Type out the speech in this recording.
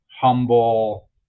humble